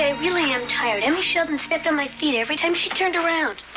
ah really am tired. emmy sheldon stepped on my feet every time she turned around.